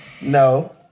no